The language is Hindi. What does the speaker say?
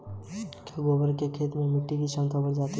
क्या गोबर से खेत में मिटी की क्षमता बढ़ जाती है?